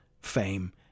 fame